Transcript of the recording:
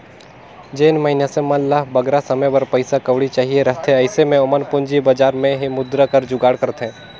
जेन मइनसे मन ल बगरा समे बर पइसा कउड़ी चाहिए रहथे अइसे में ओमन पूंजी बजार में ही मुद्रा कर जुगाड़ करथे